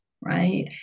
right